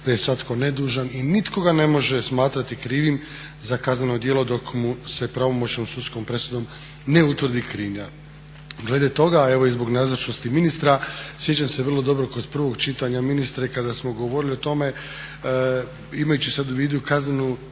da je svatko nedužan i nitko ga ne može smatrati krivim za kazneno djelo dok mu se pravomoćnom sudskom presudom ne utvrdi krivnja. Glede toga evo i zbog nazočnosti ministra, sjećam se vrlo dobro kod prvog čitanja ministre kada smo govorili o tome imajući sada u vidu kazno